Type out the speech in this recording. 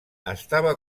estava